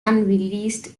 unreleased